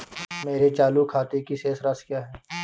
मेरे चालू खाते की शेष राशि क्या है?